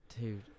Dude